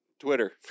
Twitter